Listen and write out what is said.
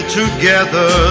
together